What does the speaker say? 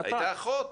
הייתה אחות.